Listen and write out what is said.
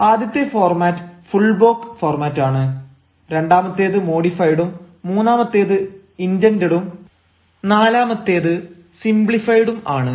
ആദ്യത്തെ format full block ആണ് രണ്ടാമത്തേത് മോഡിഫൈഡും മൂന്നാമത്തേത് ഇന്റന്റഡും നാലാമത്തേത് സിംപ്ലിഫൈഡും ആണ്